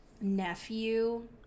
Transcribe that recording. nephew